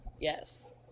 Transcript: Yes